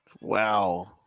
Wow